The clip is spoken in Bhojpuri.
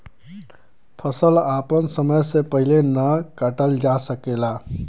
फसल आपन समय से पहिले ना काटल जा सकेला